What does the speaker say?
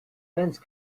fence